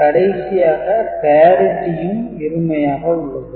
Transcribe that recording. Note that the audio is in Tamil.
கடைசியாக parity யும் இருமையாக உள்ளது